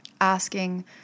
Asking